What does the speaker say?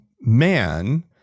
man